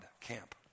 camp